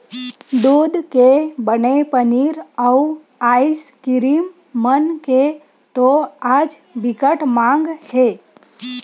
दूद के बने पनीर, अउ आइसकीरिम मन के तो आज बिकट माग हे